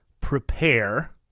prepare